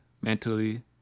mentally